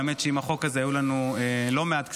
האמת, שעם החוק הזה היו לנו לא מעט קשיים,